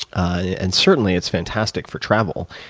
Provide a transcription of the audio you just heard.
and certainly it's fantastic for travel.